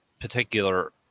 particular